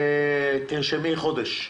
תרשמי חודש במצטבר,